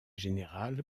générale